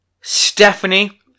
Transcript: Stephanie